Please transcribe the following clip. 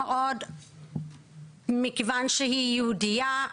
מכיוון שהיא יהודייה.